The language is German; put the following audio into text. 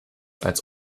als